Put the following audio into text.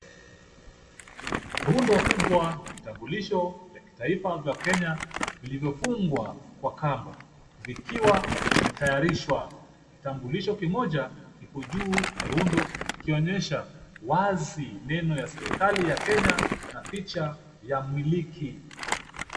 Rundo kubwa la vitambulisho vya kitaifa vya Kenya vilivyofungwa kwa kamba, vikiwa vimetayarishwa. Kitambulisho kimoja kiko juu ya rundo kikionyesha wazi neno ya serikali ya Kenya na picha ya mmiliki.